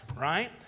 right